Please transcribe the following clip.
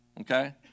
okay